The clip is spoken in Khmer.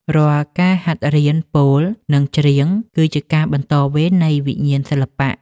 រាល់ការហាត់រៀនពោល និងច្រៀង គឺជាការបន្តវេននៃវិញ្ញាណសិល្បៈ។